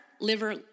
liver